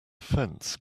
fence